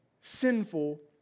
Sinful